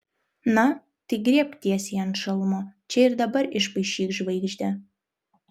na tai griebk tiesiai ant šalmo čia ir dabar išpaišyk žvaigždę